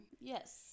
Yes